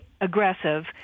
aggressive